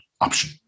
option